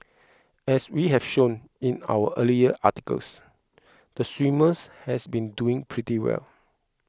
as we have shown in our earlier articles the swimmers has been doing pretty well